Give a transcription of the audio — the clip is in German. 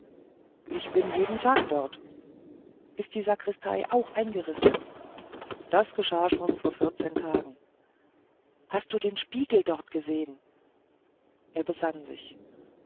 ich bin jeden tag dort ist die sakristei auch eingerissen das geschah schon vor vierzehn tagen hast du einen spiegel dort gesehen er besann sich